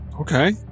Okay